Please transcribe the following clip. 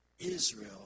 Israel